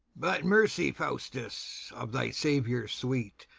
but mercy, faustus, of thy saviour sweet,